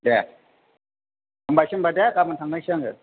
दे हामबायसै होमब्ला दे गाबोन थांनायसै आङो